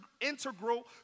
integral